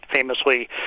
famously